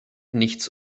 nichts